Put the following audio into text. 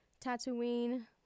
Tatooine